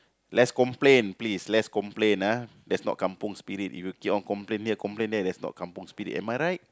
less complain please less complain ah that's not Kampung Spirit if you keep on complain here complain there that's not Kampung Spirit am I right